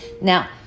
Now